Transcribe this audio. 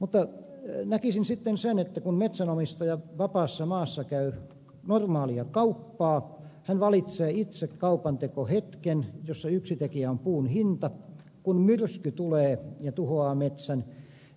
mutta näkisin sitten sen että kun metsänomistaja vapaassa maassa käy normaalia kauppaa hän valitsee itse kaupantekohetken jossa yksi tekijä on puun hinta mutta kun myrsky tulee ja tuhoaa metsän